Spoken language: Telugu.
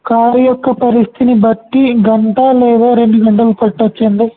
కారు యొక్క పరిస్థితిని బట్టి గంట లేదా రెండు గంటలు పట్టొచ్చండి